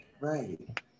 right